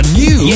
new